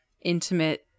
intimate